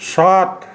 shot